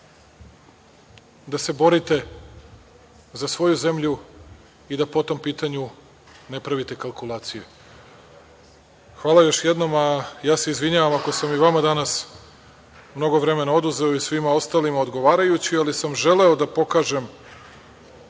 da se borite za svoju zemlju i da po tom pitanju ne pravite kalkulaciju. Hvala još jednom, a ja se izvinjavam ako sam i vama danas mnogo vremena oduzeo i svima ostalima odgovarajući, ali sam želeo da pokažem